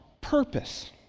purpose